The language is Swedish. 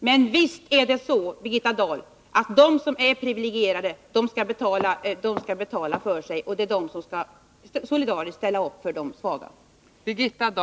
Men visst är det så, Birgitta Dahl, att de som är privilegierade skall betala för sig och solidariskt ställa upp för de svaga.